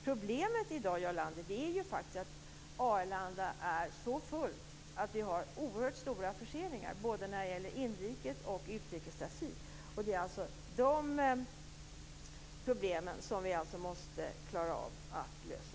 Problemet i dag, Jarl Lander, är att Arlanda är så fullt att vi har oerhört stora förseningar, både när det gäller inrikes och utrikestrafik. Det är dessa problem som vi måste klara av att lösa.